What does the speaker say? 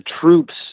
troops